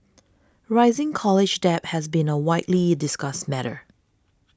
rising college debt has been a widely discussed matter